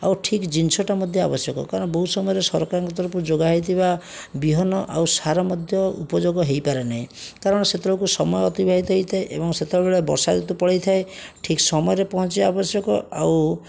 ଆଉ ଠିକ୍ ଜିନିଷଟା ମଧ୍ୟ ଆବଶ୍ୟକ କାରଣ ବହୁତ ସମୟରେ ସରକାରଙ୍କ ତରଫରୁ ଯୋଗା ହୋଇଥିବା ବିହନ ଆଉ ସାର ମଧ୍ୟ ଉପଯୋଗ ହୋଇପାରେ ନାହିଁ କାରଣ ସେତେବେଳକୁ ସମୟ ଅତିବାହିତ ହୋଇଥାଏ ଏବଂ ସେତେବେଳେ ବର୍ଷା ରିତୁ ପଳାଇଥାଏ ଠିକ୍ ସମୟରେ ପହଞ୍ଚିବା ଆବଶ୍ୟକ ଆଉ